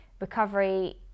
recovery